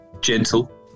gentle